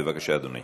בבקשה, אדוני.